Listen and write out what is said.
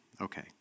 Okay